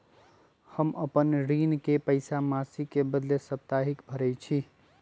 हम अपन ऋण के पइसा मासिक के बदले साप्ताहिके भरई छी